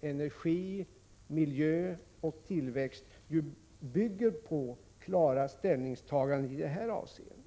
energi, miljö och tillväxt bygger på klara ställningstaganden i detta avseende.